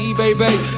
baby